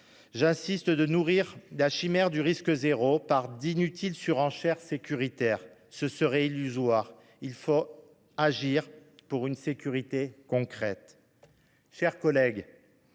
insiste, de nourrir la chimère du risque zéro par d’inutiles surenchères sécuritaires – ce serait illusoire. Il faut agir pour une sécurité concrète.